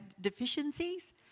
deficiencies